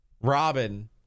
Robin